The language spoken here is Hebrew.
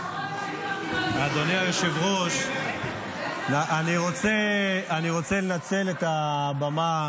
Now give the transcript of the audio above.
אדוני היושב-ראש, אני רוצה לנצל את הבמה